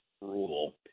rule